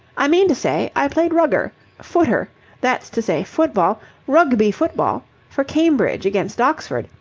i mean to say, i played rugger footer that's to say, football rugby football for cambridge, against oxford.